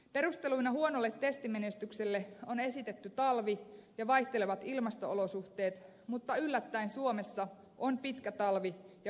perusteluina huonolle testimenestykselle on esitetty talvea ja vaihtelevia ilmasto olosuhteita mutta yllättäen suomessa on pitkä talvi ja vuodenaikojen vaihtelu